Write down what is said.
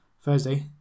Thursday